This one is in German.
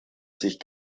sich